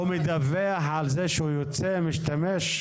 הוא מדווח על זה שהוא יוצא, משתמש?